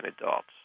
adults